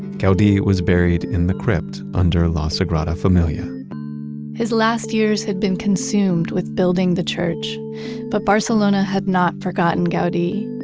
gaudi was buried in the crypt under la sagrada familia his last years had been consumed with building the church but barcelona had not forgotten gaudi.